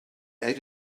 ate